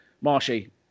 Marshy